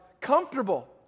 comfortable